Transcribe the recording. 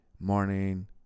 morning